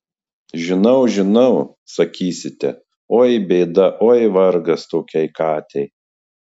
žinau žinau sakysite oi bėda oi vargas tokiai katei